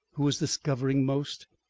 who was discovering most.